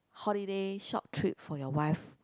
holiday short trip for your wife